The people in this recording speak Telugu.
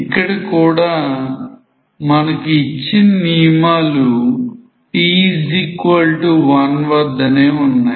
ఇక్కడ కూడా మనకు ఇచ్చిన నియమాలు t1 వద్దనే ఉన్నాయి